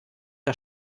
der